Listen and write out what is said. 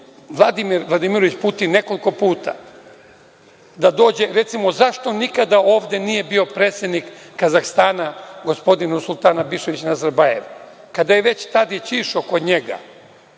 Vladimir Vladimirovič Putin, nekoliko puta. Recimo, zašto nikada ovde nije bio predsednik Kazahstana, gospodin Nursultan Nazarbajev, kada je već Tadić išao kod njega